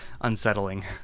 unsettling